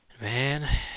Man